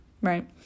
right